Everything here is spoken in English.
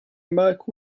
marc